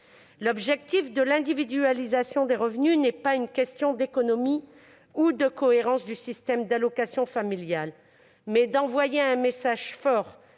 L'objectif de l'individualisation des revenus n'est pas une question d'économies ou de cohérence du système d'allocations familiales. Il s'agit plutôt d'envoyer un message fort